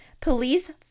police